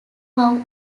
how